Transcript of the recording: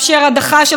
את כוחה של הכנסת.